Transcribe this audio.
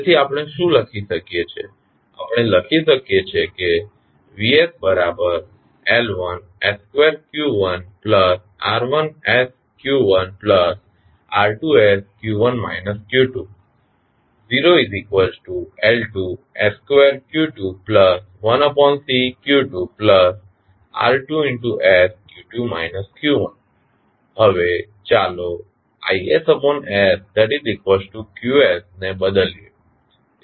તેથી આપણે શું લખી શકીએ છીએ આપણે લખી શકીએ કે હવે ચાલો ને બદલીએ